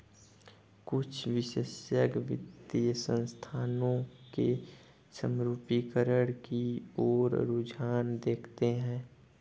कुछ विशेषज्ञ वित्तीय संस्थानों के समरूपीकरण की ओर रुझान देखते हैं